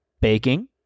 baking